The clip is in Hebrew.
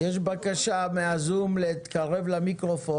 יחולו הוראות סעיף קטן